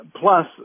Plus